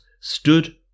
stood